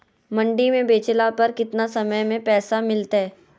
मंडी में बेचला पर कितना समय में पैसा मिलतैय?